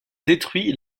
détruit